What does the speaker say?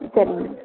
ம் சரிங்க மேம்